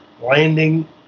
landing